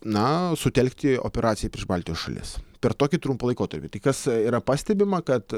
na sutelkti operacijai prieš baltijos šalis per tokį trumpą laikotarpį tai kas yra pastebima kad